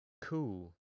cool